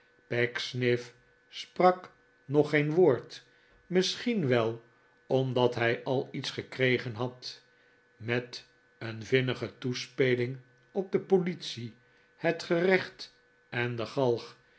pecksniff sprak nog geen woord misschien wel omdat hij al iets gekregen had met een vinnige toespeling op de politie het gerecht en de galg